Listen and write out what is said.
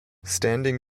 standing